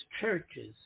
churches